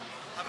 לפי